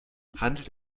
handelt